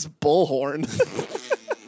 bullhorn